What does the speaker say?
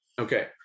Okay